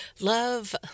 love